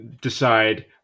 decide